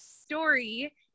story